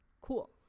Cool